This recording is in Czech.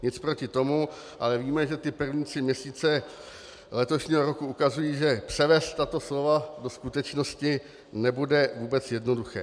Nic proti tomu, ale víme, že první tři měsíce letošního roku ukazují, že převést tato slova do skutečnosti nebude vůbec jednoduché.